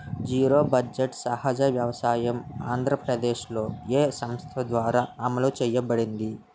Zero budget సహజ వ్యవసాయం ఆంధ్రప్రదేశ్లో, ఏ సంస్థ ద్వారా అమలు చేయబడింది?